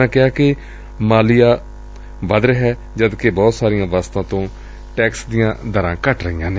ਉਨ੍ਹਾਂ ਕਿਹਾ ਕਿ ਮਾਲੀਆ ਵੱਧ ਰਿਹੈ ਜਦ ਕਿ ਬਹੁਤ ਸਾਰੀਆਂ ਵਸਤਾਂ ਤੋਂ ਟੈਕਸ ਦੀਆਂ ਦਰਾਂ ਘਟ ਰਹੀਆਂ ਨੇ